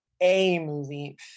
A-movie